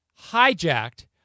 hijacked